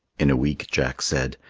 in a week jack said,